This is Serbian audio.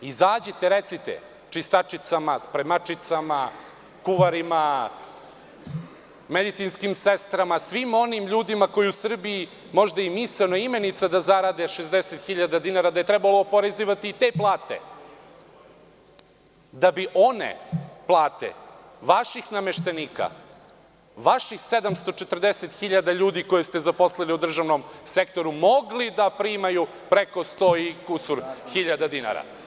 Izađite i recite spremačicama, kuvarima, medicinskim sestrama, svim onim ljudima kojima je u Srbiji možda i misaona imenica da zarade 60 hiljada dinara, da je trebalo oporezivati i te plate, da bi one plate vaših nameštenika, vaših 740 hiljada ljudi koje ste zaposlili u državnom sektoru mogli da primaju preko sto i kusur hiljada dinara?